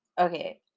Okay